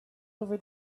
over